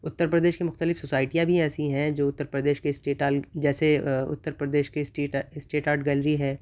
اترپردیش کے مختلف سوسائٹیاں بھی ایسی ہیں جو اترپردیش کے اسٹیٹ آ جیسے اترپردیش کے اسٹیٹ اسٹیٹ آرٹ گیلری ہے